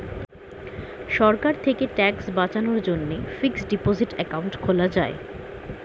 সরকার থেকে ট্যাক্স বাঁচানোর জন্যে ফিক্সড ডিপোসিট অ্যাকাউন্ট খোলা যায়